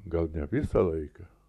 gal ne visą laiką